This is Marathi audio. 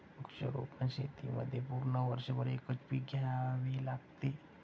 वृक्षारोपण शेतीमध्ये पूर्ण वर्षभर एकच पीक घ्यावे लागते